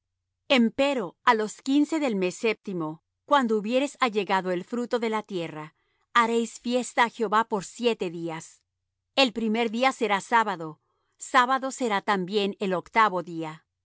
jehová empero á los quince del mes séptimo cuando hubiereis allegado el fruto de la tierra haréis fiesta a jehová por siete días el primer día será sábado sábado será también el octavo día